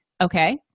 Okay